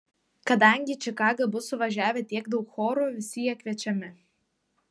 kadangi į čikagą bus suvažiavę tiek daug chorų visi jie kviečiami